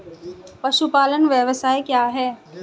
पशुपालन व्यवसाय क्या है?